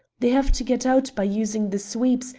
they have to get out by using the sweeps,